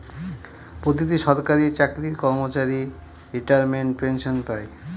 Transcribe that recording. প্রতিটি সরকারি চাকরির কর্মচারী রিটায়ারমেন্ট পেনসন পাই